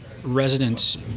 Residents